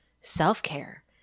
self-care